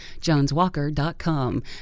joneswalker.com